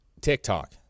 TikTok